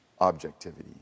objectivity